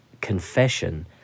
confession